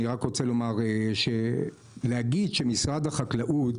אני רק רוצה לומר שלהגיד שמשרד החקלאות